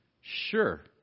Sure